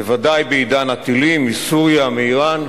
ודאי בעידן הטילים מסוריה, מאירן,